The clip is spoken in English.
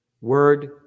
Word